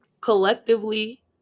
collectively